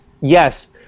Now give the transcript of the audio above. Yes